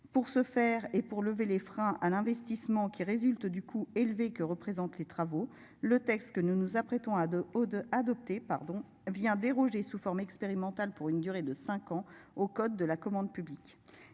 pour ce faire et pour lever les freins à l'investissement qui résulte du coût élevé que représentent les travaux le texte que nous nous apprêtons à deux d'adopter pardon vient déroger sous forme expérimentale pour une durée de 5 ans au code de la commande publique.